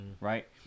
right